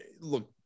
look